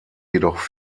jedoch